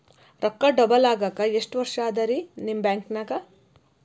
ರೊಕ್ಕ ಡಬಲ್ ಆಗಾಕ ಎಷ್ಟ ವರ್ಷಾ ಅದ ರಿ ನಿಮ್ಮ ಬ್ಯಾಂಕಿನ್ಯಾಗ?